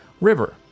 river